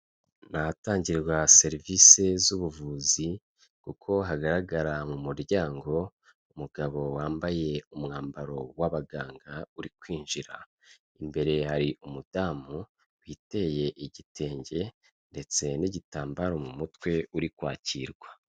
Ni ahatangirwa serivisi z'ubuvuzi kuko hagaragara mu muryango umugabo wambaye umwambaro w'abaganga uri kwinjira, imbere hari umudamu witeye igitenge ndetse n'igitambaro mu mutwe uri kwakirwa.